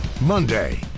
Monday